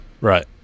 right